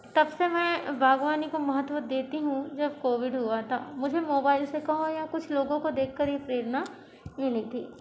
तब से में बाग़बानी को महत्व देती हूँ जब कोविड हुआ था मुझे मोबाइल से कहूँ या कुछ लोगों को देख कर ही प्रेरणा मिली थी